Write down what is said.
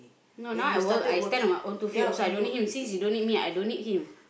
no now I work I stand on my own two feet also I don't need him since he don't need me also I don't need him